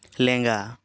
ᱞᱮᱸᱜᱟ